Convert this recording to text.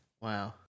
Wow